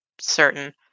certain